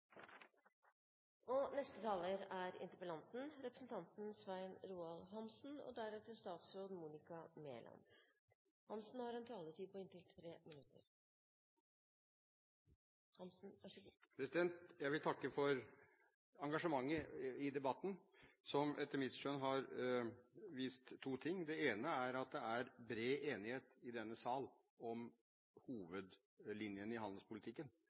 og vern om privat eiendomsrett er noen av nøklene til økonomisk framgang. For oss som ønsker en mer åpen handelspolitikk: Vi har historien med oss – mer handel på like vilkår skaper en bedre verden. Jeg vil takke for engasjementet i debatten, som etter mitt skjønn har vist to ting. Det ene er at det er bred enighet i denne sal om hovedlinjene i handelspolitikken,